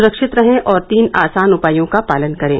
स्रक्षित रहें और तीन आसान उपायों का पालन करें